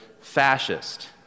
fascist